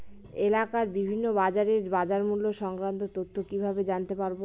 এলাকার বিভিন্ন বাজারের বাজারমূল্য সংক্রান্ত তথ্য কিভাবে জানতে পারব?